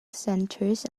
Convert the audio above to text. centers